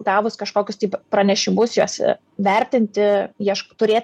gavus kažkokius taip pranešimus juos vertinti ieško turėti